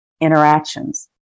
interactions